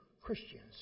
Christians